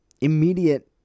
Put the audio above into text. immediate